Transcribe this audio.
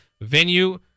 venue